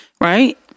Right